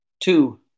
Two